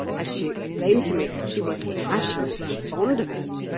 as she explained to me, she was passionately fond of it.